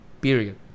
period